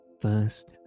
first